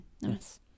Nice